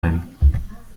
ein